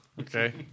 Okay